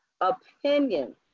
opinion